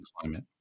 climate